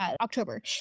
October